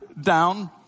down